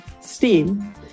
steam